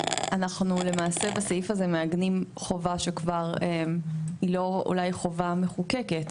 אנחנו למעשה בסעיף הזה מעגנים חובה שכבר אולי היא לא חובה מחוקקת,